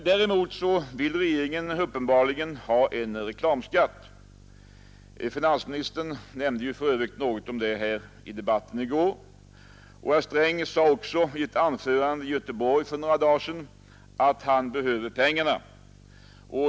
Däremot vill regeringen uppenbarligen ha en reklamskatt. Finansministern nämnde för övrigt något om detta i debatten i går, och i ett anförande i Göteborg för några dagar sedan sade han också att han behövde pengarna.